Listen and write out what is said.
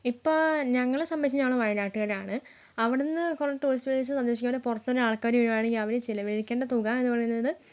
ഇപ്പം ഞങ്ങളെ സംബന്ധിച്ച് ഞങ്ങൾ വയനാട്ടുകാരാണ് അവിടുന്ന് കുറേ ടൂറിസ്റ്റ് പ്ലേസ് സന്ദർശിക്കുകയാണെങ്കിൽ പുറത്തുനിന്ന് ആൾക്കാർ വരികയാണെങ്കിൽ അവർ ചിലവഴിക്കേണ്ട തുക എന്ന് പറയുന്നത്